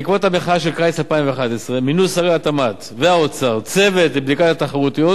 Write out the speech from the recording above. בעקבות המחאה של קיץ 2011 מינו שרי התמ"ת והאוצר צוות לבדיקת התחרותיות